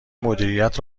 مدیریت